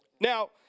Now